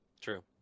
true